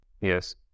Yes